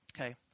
Okay